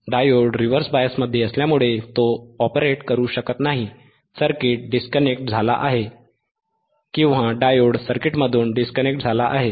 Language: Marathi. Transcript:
डायोड रिव्हर्स बायसमध्ये असल्यामुळे तो ऑपरेट करू शकत नाही सर्किट डिस्कनेक्ट झाला आहे किंवा डायोड सर्किटमधून डिस्कनेक्ट झाला आहे